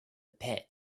pit